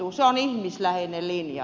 se on ihmisläheinen linja